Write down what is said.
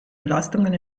belastungen